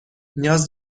نیاز